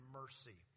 mercy